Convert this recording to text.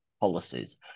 policies